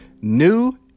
new